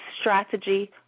Strategy